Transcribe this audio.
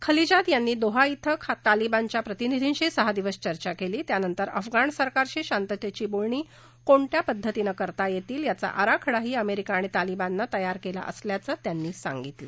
खलिजाद यांनी दोहा श्वे तालिबानच्या प्रतिनिधींशी सहा दिवस चर्चा केली त्यानंतर अफगाण सरकारशी शांततेची बोलणी कोणत्या पद्धतीनं करता येतील याचा आराखडाही अमेरिका आणि तालिबाननं तयार केला असल्याचं त्यांनी सांगितलं